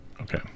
Okay